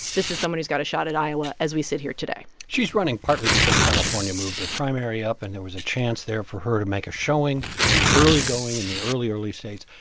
this is someone who's got a shot at iowa as we sit here today she's running partly because california moved their primary up, and there was a chance there for her to make a showing in the early going, in the early, early states.